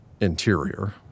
interior